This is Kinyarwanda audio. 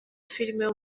filime